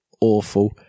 awful